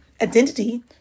identity